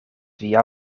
via